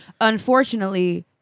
Unfortunately